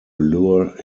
lure